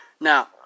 Now